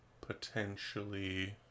potentially